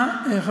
השר, בבקשה.